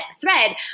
Thread